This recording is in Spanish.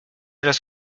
los